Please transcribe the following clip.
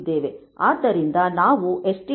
ಆದ್ದರಿಂದ ನಾವು stdio